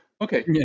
Okay